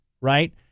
Right